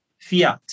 fiat